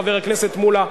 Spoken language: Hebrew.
חבר הכנסת מולה,